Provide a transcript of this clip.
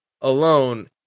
alone